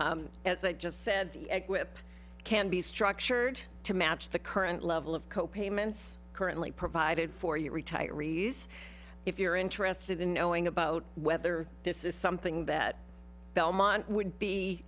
egg as i just said equip can be structured to match the current level of co payments currently provided for you retirees if you're interested in knowing about whether this is something that belmont would